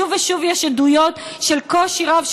שוב ושוב יש עדויות של קושי רב,